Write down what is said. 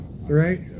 Right